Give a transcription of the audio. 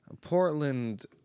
Portland